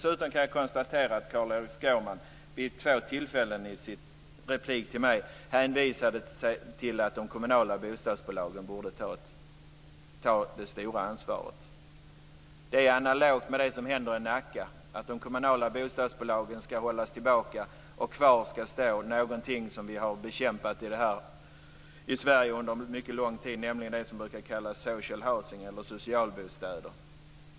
Dessutom kan jag konstatera att Carl-Erik Skårman vid två tillfällen i sin replik till mig hänvisade till att de kommunala bostadsbolagen borde ta det stora ansvaret. Det är analogt med det som händer i Nacka att de kommunala bostadsbolagen ska hållas tillbaka. Kvar ska stå någonting som vi har bekämpat i Sverige under mycket lång tid, nämligen det som brukar kallas social housing eller socialbostäder.